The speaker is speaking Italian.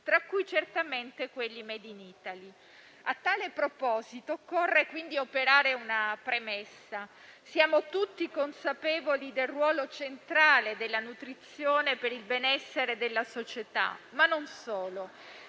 tra cui certamente quelli *made in Italy*. A tale proposito occorre quindi operare una premessa; siamo tutti consapevoli del ruolo centrale della nutrizione per il benessere della società, ma non solo,